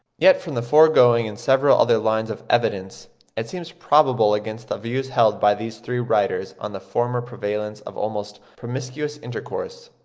yet from the foregoing and several other lines of evidence it seems probable against the views held by these three writers on the former prevalence of almost promiscuous intercourse